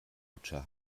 lutscher